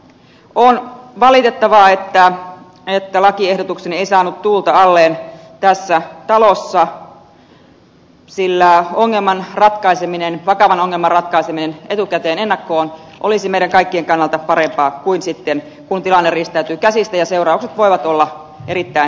on valitettavaa että lakiehdotukseni ei saanut tuulta alleen tässä talossa sillä vakavan ongelman ratkaiseminen ennakkoon olisi meidän kaikkien kannalta parempaa kuin sitten kun tilanne riistäytyy käsistä ja seuraukset voivat olla erittäin kohtalokkaita